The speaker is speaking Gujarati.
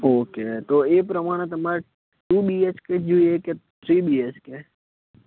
ઓકે તો એ પ્રમાણે તમારે ટૂ બીએચકે જોઈએ કે થ્રી બીએચકે